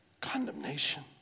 condemnation